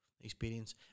Experience